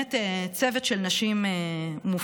באמת צוות של נשים מופלא.